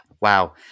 wow